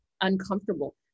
uncomfortable